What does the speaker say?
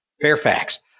Fairfax